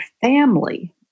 family